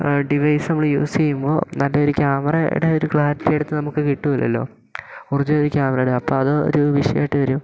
device നമ്മൾ use ചെയ്യുമ്പോൾ നല്ലൊരു ക്യാമറയുടെ ഒരു ക്ലാരിറ്റി എടുത്ത് നമുക്ക് കിട്ടില്ലല്ലോ ഒറിജിനൽ ഒരു ക്യാമറയുടെ അപ്പം അത് ഒരു വിഷയമായിട്ട് വരും